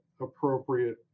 appropriate